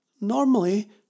Normally